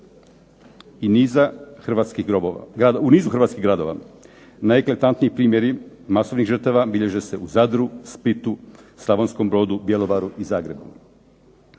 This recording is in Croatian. u nizu hrvatskih gradova. Najeklatantniji primjeri masovnih žrtava bilježe se u Zadru, Splitu, Slavonskom Brodu, Bjelovaru i Zagrebu.